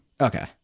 okay